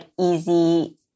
easy